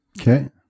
Okay